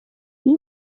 wie